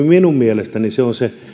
minun mielestäni se on se